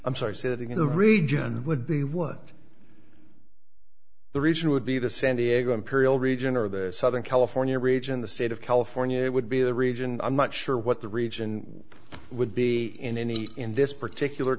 i'm sorry sitting in the region would be would the region would be the san diego imperial region or the southern california region the state of california it would be the region i'm not sure what the region would be in any in this particular